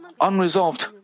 unresolved